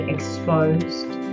Exposed